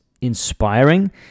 inspiring